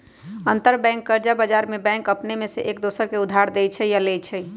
अंतरबैंक कर्जा बजार में बैंक अपने में एक दोसर के उधार देँइ छइ आऽ लेइ छइ